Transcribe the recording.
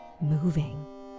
moving